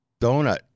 donut